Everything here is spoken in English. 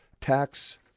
tax